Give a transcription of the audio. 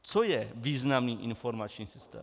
Co je významný informační systém?